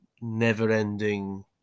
never-ending